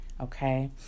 Okay